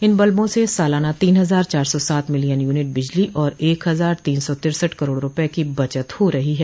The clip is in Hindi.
इन बल्बों से सालाना तीन हजार चार सौ सात मिलियन यूनिट बिजली और एक हजार तीन सौ तिरसठ करोड़ रूपये की बचत हो रही है